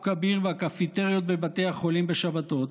כביר והקפיטריות בבתי החולים בשבתות,